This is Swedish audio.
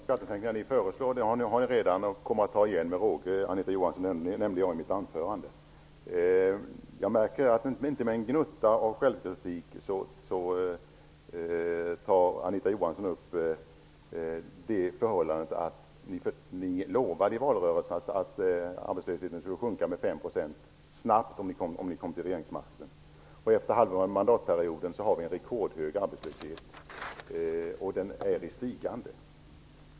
Fru talman! De skattesänkningar som ni föreslår kommer ni att ta igen med råge, Anita Johansson, vilket jag nämnde i mitt tidigare anförande. Utan en gnutta självkritik tar Anita Johansson upp det förhållandet att Socialdemokraterna i valrörelsen lovade att arbetslösheten skulle sjunka med 5 % snabbt om ni fick regeringsmakten. Efter halva mandatperioden har vi en rekordhög arbetslöshet, och den stiger.